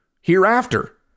hereafter